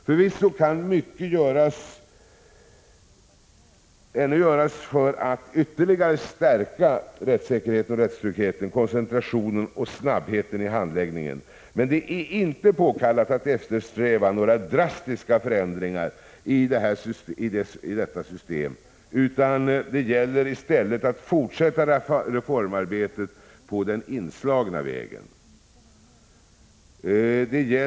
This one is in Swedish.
Förvisso kan mycket ännu göras för att ytterligare stärka rättssäkerheten och rättstryggheten, koncentrationen och snabbheten i handläggningen, men det är inte påkallat att eftersträva några drastiska förändringar i detta system, utan det gäller att fortsätta reformarbetet på den inslagna vägen.